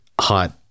hot